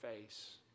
face